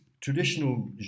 traditional